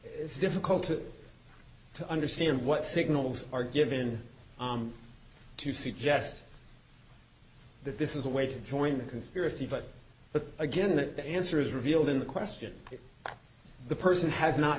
it's difficult to understand what signals are given to suggest that this is a way to join the conspiracy but but again that the answer is revealed in the question if the person has not